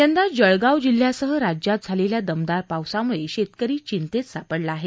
यंदा जळगाव जिल्ह्यासह राज्यात झालेल्या दमदार पावसाम्ळे शेतकरी चिंतेत सापडला आहे